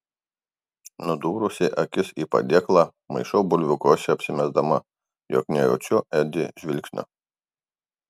nudūrusi akis į padėklą maišau bulvių košę apsimesdama jog nejaučiu edi žvilgsnio